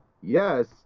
yes